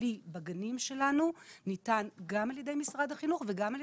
הטיפולי בגנים שלנו ניתן גם על ידי משרד החינוך וגם על